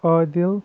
Adil